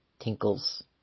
tinkles